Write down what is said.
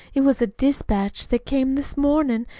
it was a dispatch that came this mornin'.